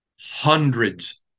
Hundreds